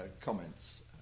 comments